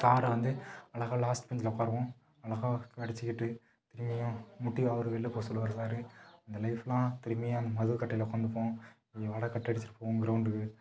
சார வந்து அழகா லாஸ்ட் பெஞ்ச்சில் உட்காருவோம் அழகா படிச்சுக்கிட்டு இல்லையா முட்டி அவரு வெளில் போ சொல்லுவார் சார் அந்த லைஃப்லாம் திரும்பி அந்த மது கடைல உட்காந்துப்போம் நீ வாடா கட்டடிச்சிட்டு போவோம் க்ரௌண்டுக்கு